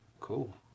Cool